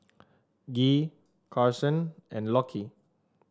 Gee Karson and Lockie